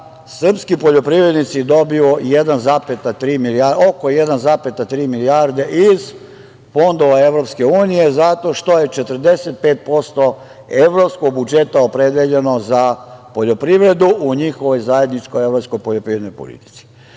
srpski poljoprivrednici dobiju oko 1,3 milijarde iz fondova EU zato što je 45% evropskog budžeta opredeljeno za poljoprivredu u njihovoj zajedničkoj poljoprivrednoj politici. Moram